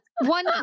one